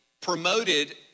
promoted